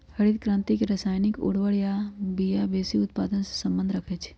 हरित क्रांति रसायनिक उर्वर आ बिया वेशी उत्पादन से सम्बन्ध रखै छै